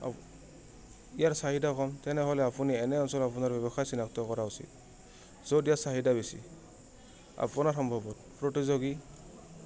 ইয়াৰ চাহিদা ক'ম তেনেহ'লে আপুনি এনে অঞ্চলৰ আপোনাৰ ব্যৱসায় চিনাক্ত কৰা উচিত য'ত ইয়াৰ চাহিদা বেছি আপোনাৰ সম্ভৱত প্ৰতিযোগী